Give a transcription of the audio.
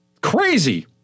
Crazy